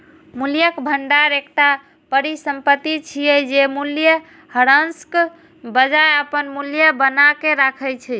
मूल्यक भंडार एकटा परिसंपत्ति छियै, जे मूल्यह्रासक बजाय अपन मूल्य बनाके राखै छै